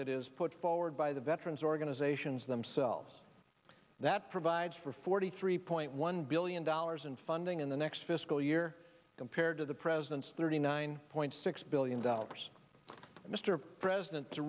that is put forward by the veterans organizations themselves that provides for forty three point one billion dollars in funding in the next fiscal year compared to the president's thirty nine point six billion dollars mr president to